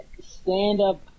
stand-up